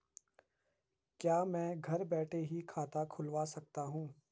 क्या मैं घर बैठे ही खाता खुलवा सकता हूँ?